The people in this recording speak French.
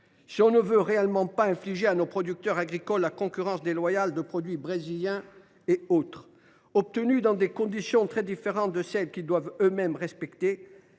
Si l’on veut véritablement ne pas infliger à nos producteurs agricoles la concurrence déloyale de produits brésiliens et autres obtenus dans des conditions très différentes de celles qu’eux mêmes doivent respecter,